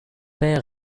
père